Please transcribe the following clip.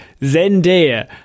Zendaya